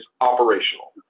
operational